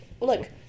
Look